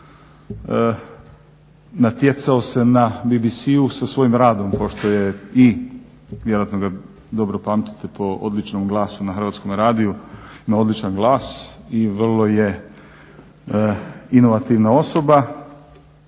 natjecao se na BBC-u sa svojim radom pošto je i vjerojatno ga dobro pamtite po odličnom glasu na Hrvatskom radiju, ima odličan glas i vrlo je inovativna osoba,